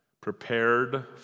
prepared